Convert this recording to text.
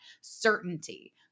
certainty